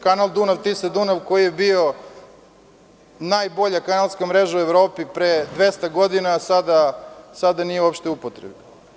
Kanal Dunav-Tisa-Dunav koji je bio najbolja kanalska mreža u Evropi pre 200 godina, sada nije uopšte u upotrebi.